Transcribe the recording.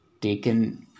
taken